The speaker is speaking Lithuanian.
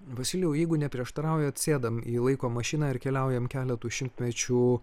vasyliau jeigu neprieštaraujat sėdam į laiko mašiną ir keliaujam keletu šimtmečių